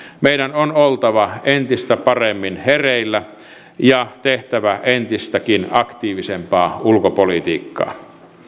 meidän on oltava entistä paremmin hereillä ja tehtävä entistäkin aktiivisempaa ulkopolitiikkaa